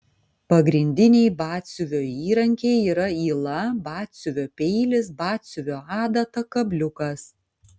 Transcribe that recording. pagrindiniai batsiuvio įrankiai yra yla batsiuvio peilis batsiuvio adata kabliukas